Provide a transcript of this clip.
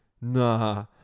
nah